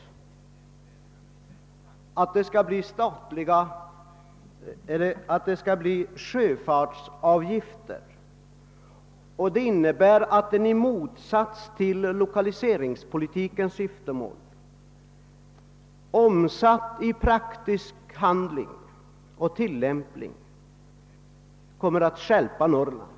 Enligt detta har man tänkt sig att det skall bli sjöfartsavgifter, vilket innebär, i motsats till lokaliseringspolitikens syftemål, att det omsatt i praktisk handling och tillämpning skulle komma att öka svårigheterna i Norrland.